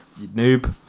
noob